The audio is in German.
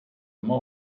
immer